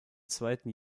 zweiten